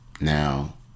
Now